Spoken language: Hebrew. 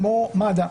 כמו מד"א.